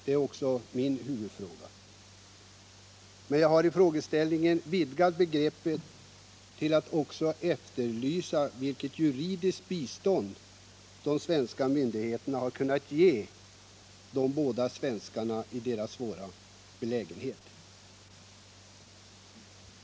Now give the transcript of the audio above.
Det är också min huvudfråga, men jag har i frågeställningen vidgat begreppet så att jag också efterlyser vilket juridiskt bistånd de svenska myndigheterna har kunnat ge de båda svenskarna i deras svåra belägenhet.